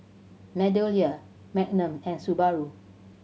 MeadowLea Magnum and Subaru